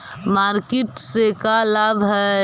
Market से का लाभ है?